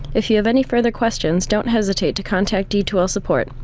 if you have any further questions, don't hesitate to contact d two l support.